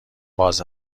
باز